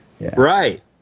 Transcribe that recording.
Right